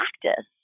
practice